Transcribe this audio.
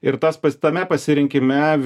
ir tas tame pasirinkime visgi nu